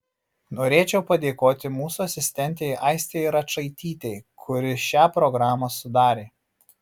norėčiau padėkoti mūsų asistentei aistei račaitytei kuri šią programą sudarė